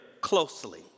closely